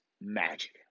magic